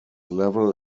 level